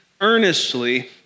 earnestly